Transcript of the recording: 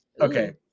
okay